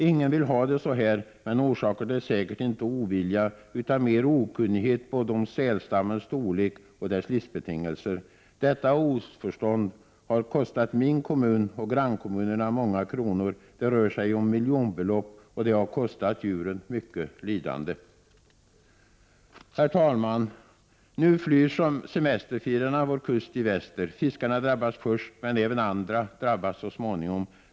Ingen vill ha det så här, men orsaken är säkert inte ovilja utan mera okunnighet både om sälstammens storlek och dess livsbetingelser. Detta oförstånd har kostat min kommun och grannkommunerna många kronor. Det rör sig om miljonbelopp, och det har kostat djuren mycket lidande. Herr talman! Nu flyr semesterfirarna vår kust i väster. Fiskarna drabbas först men även andra drabbas så småningom.